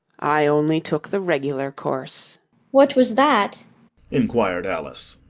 i only took the regular course what was that inquired alice.